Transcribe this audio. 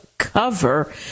Cover